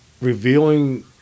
revealing